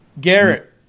Garrett